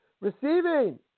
Receiving